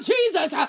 Jesus